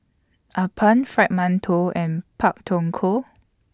Appam Fried mantou and Pak Thong Ko